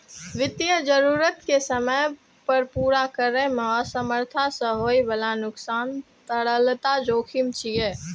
वित्तीय जरूरत कें समय पर पूरा करै मे असमर्थता सं होइ बला नुकसान तरलता जोखिम छियै